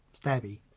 stabby